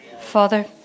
Father